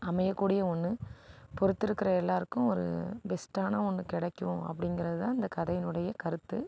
அமைய கூடிய ஒன்று பொறுத்துருக்கிற எல்லாருக்கும் ஒரு பெஸ்ட்டான ஒன்று கிடைக்கும் அப்படிங்கிறதுதான் இந்த கதையினுடைய கருத்து